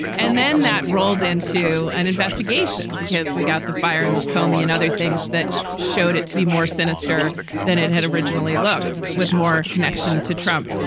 and then that rolled into an investigation because we got the firing of comey and other things that showed it to be more sinister than it had originally looked with more connection to trump.